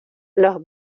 los